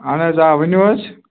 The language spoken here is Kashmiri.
اَہن حظ آ ؤنِو حظ